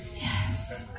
yes